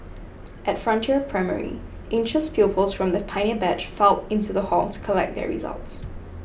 at Frontier Primary anxious pupils from the pioneer batch filed into the hall to collect their results